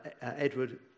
Edward